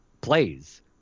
plays